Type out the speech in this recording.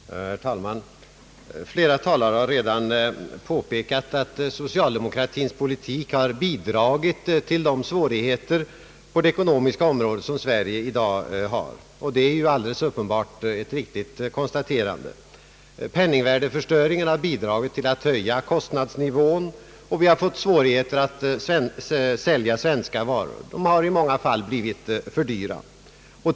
Herr talman! Flera talare har redan påpekat att socialdemokratins politik bidragit till de svårigheter som Sverige i dag har på det ekonomiska området. Detta är alldeles uppenbart ett riktigt konstaterande. Penningvärdeförstöringen har bidragit till att höja kostnadsnivån, och vi har fått svårigheter att sälja svenska varor som i många fall blivit för dyra.